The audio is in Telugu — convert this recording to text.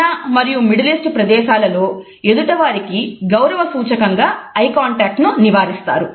చైనా మరియు మిడిల్ ఈస్ట్ ప్రదేశాలలో ఎదుటివారికి గౌరవ సూచకంగా ఐ కాంటాక్ట్ ను నివారిస్తారు